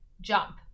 jump